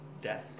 Death